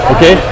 Okay